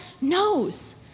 knows